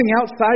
outside